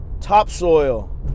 topsoil